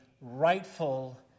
rightful